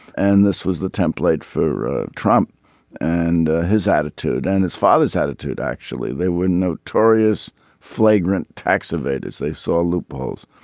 and this was the template for trump and his attitude and his father's attitude actually they were notorious flagrant tax evaders. they saw loopholes.